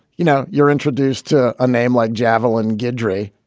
you know, you're introduced to a name like javelin guidry.